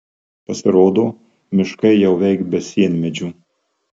pasirodo miškai jau veik be sienmedžių